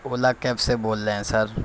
اولا cab سے بول رہے ہیں سر